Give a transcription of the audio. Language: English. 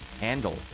handle